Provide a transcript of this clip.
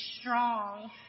strong